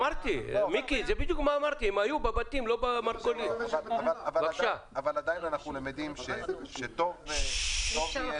--- אבל עדיין אנחנו למדים שטוב יהיה